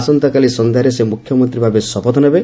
ଆସନ୍ତାକାଲି ସନ୍ଧ୍ୟାରେ ସେ ମ୍ରଖ୍ୟମନ୍ତ୍ରୀ ଭାବେ ଶପଥ ନେବେ